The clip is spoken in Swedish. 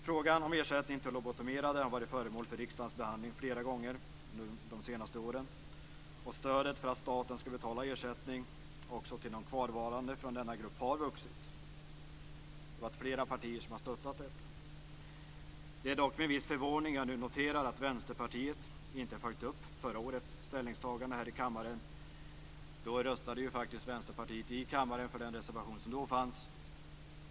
Frågan om ersättning till lobotomerade har varit föremål för riksdagens behandling flera gånger under de senaste åren. Stödet för att staten skall betala ersättning också till de kvarvarande från denna grupp har vuxit. Flera partier har ställt sig bakom detta. Det är dock med viss förvåning som jag nu noterar att Vänsterpartiet inte har följt upp förra årets ställningstagande här i kammaren. Då röstade Vänsterpartiet för den reservation som då fanns.